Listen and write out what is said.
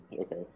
okay